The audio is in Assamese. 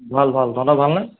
ভাল ভাল তহঁতৰ ভালনে